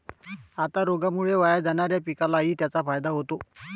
आता रोगामुळे वाया जाणाऱ्या पिकालाही त्याचा फायदा होतो